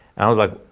and i was like,